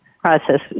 process